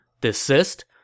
Desist